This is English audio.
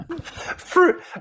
Fruit